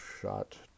shot